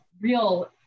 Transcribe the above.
real